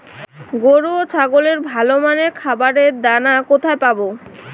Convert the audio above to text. গরু ও ছাগলের ভালো মানের খাবারের দানা কোথায় পাবো?